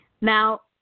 Now